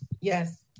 Yes